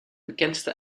bekendste